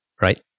right